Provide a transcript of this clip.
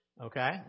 Okay